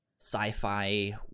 sci-fi